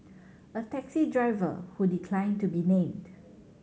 a taxi driver who declined to be named